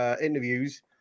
interviews